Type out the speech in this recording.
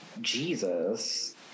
Jesus